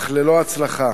אך ללא הצלחה.